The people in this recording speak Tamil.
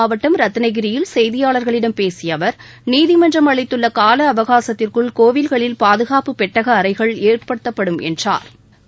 மாவட்டம் ரத்னகிரியில் செய்தியாளர்களிடம் பேசிய அவர் நீதிமன்றம் அளித்துள்ள கால வேலர் அவகாசத்திற்குள் கோவில்களில் பாதுகாப்பு பெட்டக அறைகள் ஏற்படுத்தப்படும் என்றாா்